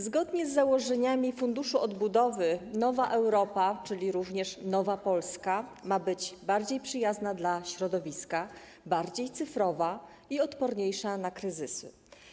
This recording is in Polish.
Zgodnie z założeniami Funduszu Odbudowy nowa Europa, czyli również nowa Polska, ma być bardziej przyjazna dla środowiska, bardziej cyfrowa i odporniejsza na kryzysy.